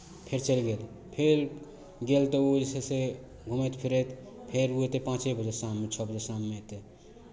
फेर चलि गेल फेर गेल तऽ ऊ जे छै से घूमैत फिरैत फेर ओ अयतै पाँचे बजे शाममे छओ बजे शाममे अयतै